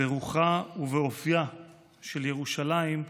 ברוחה ובאופייה של ירושלים,